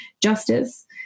justice